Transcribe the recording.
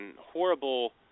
horrible